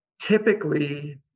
typically